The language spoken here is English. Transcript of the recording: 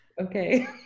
okay